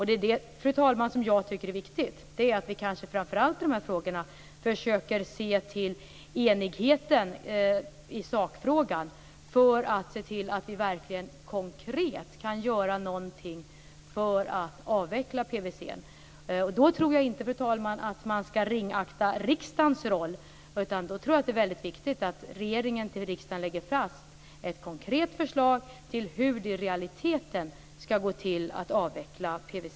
Det, fru talman, som jag tycker är viktigt är att vi i de här frågorna försöker se till enigheten i sakfrågan för att vi verkligen konkret kan göra någonting för att avveckla PVC. Då tror jag inte att man skall ringakta riksdagens roll, utan jag tror att det är väldigt viktigt att regeringen till riksdagen lägger fast ett konkret förslag till hur det i realiteten skall gå till att avveckla PVC.